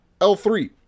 L3